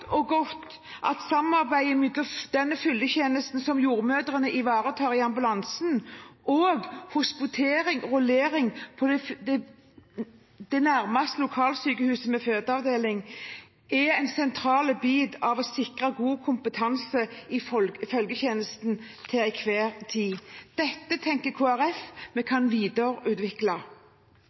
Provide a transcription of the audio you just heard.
og godt at samarbeidet mellom den følgetjenesten som jordmødrene ivaretar i ambulansen, og hospitering/rullering ved det nærmeste lokalsykehuset med fødeavdeling er en sentral bit av å sikre god kompetanse i følgetjenesten til enhver tid. Dette tenker